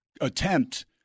attempt